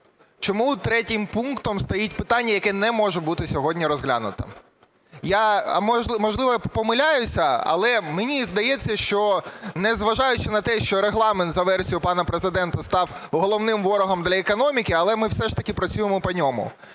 Чому третім пунктом стоїть питання, яке не може бути сьогодні розглянуто? Можливо, я помиляюся, але мені здається, що незважаючи на те, що Регламент за версією пана Президента став головним ворогом для економіки, але ми все ж таки працюємо по ньому.